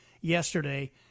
yesterday